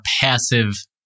passive